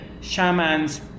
shamans